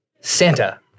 Santa